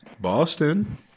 Boston